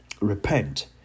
repent